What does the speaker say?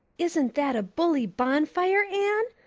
isn't that a bully bonfire, anne?